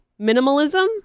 Minimalism